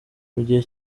mugihe